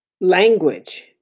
language